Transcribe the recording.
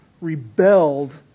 rebelled